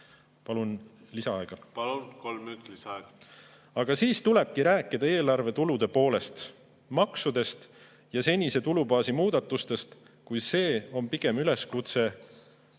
Palun lisaaega. Palun, kolm minutit lisaaega! Aga siis tulebki rääkida eelarve tulude poolest, maksudest ja senise tulubaasi muudatustest, kui see on pigem üleskutse